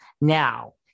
Now